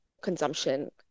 consumption